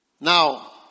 Now